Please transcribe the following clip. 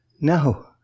No